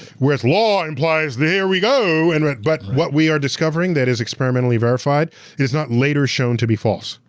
whereas law implies there we go! and but but what we are discovering that is experimentally verified is not later shown to be false.